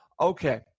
Okay